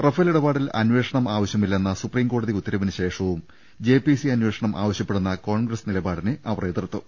Rafale ഇടപാടിൽ അന്വേഷണം ആവശ്യമില്ലെന്ന സുപ്രീം കോടതി ഉത്തരവിന് ശേഷവും ജെപിസി അന്വേഷണം ആവശ്യപ്പെ ടുന്ന കോൺഗ്രസ് നിലപാടിനെ അവർ എതിർത്തു